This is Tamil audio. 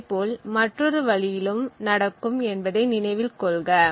இதே போல் மற்றொரு வழியிலும் நடக்கும் என்பதை நினைவில் கொள்க